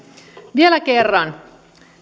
vielä kerran